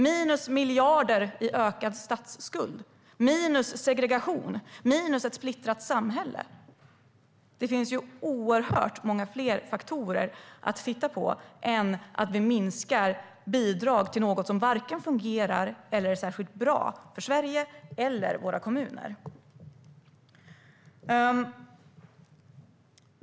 Minus miljarder i ökad statsskuld, minus segregation, minus ett splittrat samhälle - det finns oerhört många fler faktorer att titta på än att vi minskar bidragen till något som varken fungerar eller är särskilt bra för Sverige eller våra kommuner.